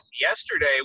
yesterday